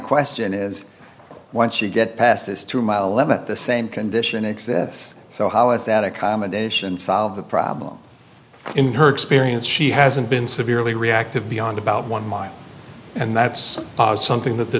question is once you get past this two mile limit the same condition exists so how is that accommodation solve the problem in her experience she hasn't been severely reactive beyond about one mile and that's something that the